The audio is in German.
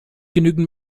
genügend